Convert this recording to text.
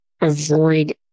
avoid